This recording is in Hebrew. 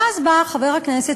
ואז בא חבר הכנסת